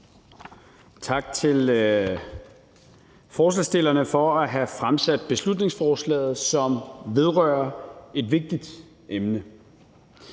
Tak til forslagsstillerne for at have fremsat beslutningsforslaget, som vedrører et vigtigt emne.